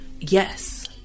Yes